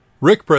Rick